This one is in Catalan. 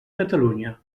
catalunya